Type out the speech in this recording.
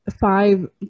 five